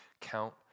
count